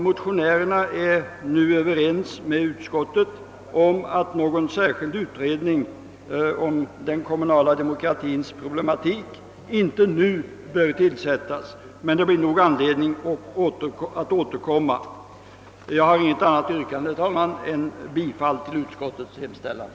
Motionärerna är överens med utskottet om att någon särskild utredning om den kommunala demokratins problematik inte nu bör tillsättas, men det blir nog anledning att återkomma. Jag har inget annat yrkande, herr talman, än bifall till utskottets hemställan.